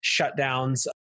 shutdowns